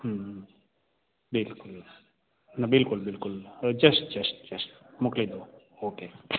હમ બિલકુલ ના બિલકુલ બિલકુલ અ જસ્ટ જસ્ટ જસ્ટ મોકલી દઉં ઓકે